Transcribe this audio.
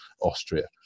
Austria